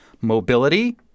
Mobility